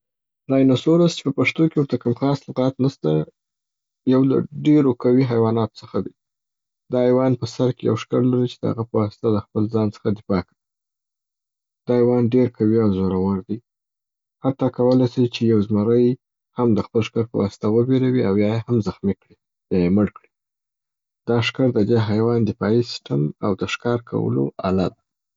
راینوسورس چې په پښتو کې ورته کم خاص لغات نسته، یو له ډيرو قوي حیواناتو څخه دی. دا حیوان په سر کي یو ښکر لري چې د هغه په واسطه د خپل ځان دفاع. دا حیوان ډیر قوي او زورور دی. حتا کولای سي چې یو زمری هم د خپل ښکر په واسطه و بیروي او یا یې هم زخمي یا یې مړ کړي. دا ښکر د دې حیوان دفاعي سیسټم او د ښکار کولو آله ده.